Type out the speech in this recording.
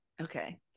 Okay